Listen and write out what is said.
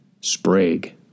SPRAGUE